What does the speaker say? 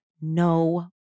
No